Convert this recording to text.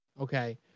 okay